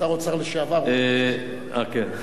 שר אוצר לשעבר, כן.